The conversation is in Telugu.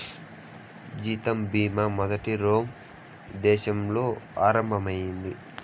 జీవిత బీమా మొదట రోమ్ దేశంలో ఆరంభం అయింది